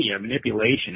manipulation